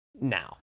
Now